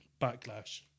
Backlash